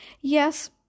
Yes